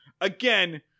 Again